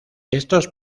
estos